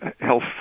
Health